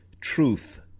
truth